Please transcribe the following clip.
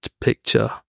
picture